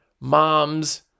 moms